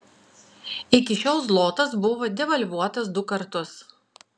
iki šiol zlotas buvo devalvuotas du kartus